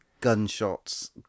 gunshots